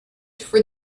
for